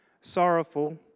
sorrowful